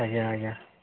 ଆଜ୍ଞା ଆଜ୍ଞା